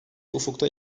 ufukta